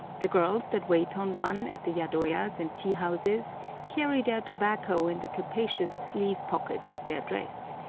the girls that wait on one at the yadoyas and tea-houses carry their tobacco in the capacious sleeve-pockets of their dress,